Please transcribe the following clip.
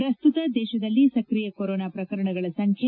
ಪ್ರಸ್ತುತ ದೇಶದಲ್ಲಿ ಸಕ್ರಿಯ ಕರೋನಾ ಪ್ರಕರಣಗಳ ಸಂಖ್ಯೆ